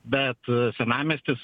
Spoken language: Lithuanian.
bet senamiestis